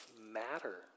matter